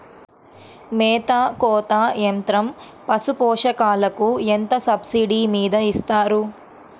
మేత కోత యంత్రం పశుపోషకాలకు ఎంత సబ్సిడీ మీద ఇస్తారు?